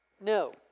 No